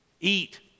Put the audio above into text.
eat